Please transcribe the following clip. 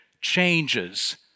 changes